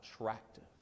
attractive